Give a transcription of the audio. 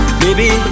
baby